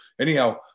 Anyhow